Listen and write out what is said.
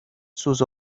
sus